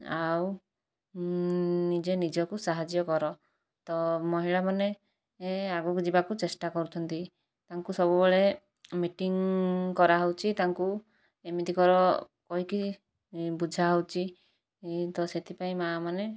ଆଉ ନିଜେ ନିଜକୁ ସାହାଯ୍ୟ କର ତ ମହିଳାମାନେ ଆଗକୁ ଯିବାକୁ ଚେଷ୍ଟା କରୁଛନ୍ତି ତାଙ୍କୁ ସବୁବେଳେ ମିଟିଂ କରାହେଉଛି ତାଙ୍କୁ ଏମିତି କର କହିକି ବୁଝାହେଉଛି ତ ସେଥିପାଇଁ ମାଆମାନେ